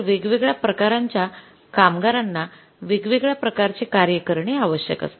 तर वेगवेगळ्या प्रकारांच्या कामगारांना वेगवेगळ्या प्रकारचे कार्य करणे आवश्यक असते